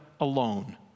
alone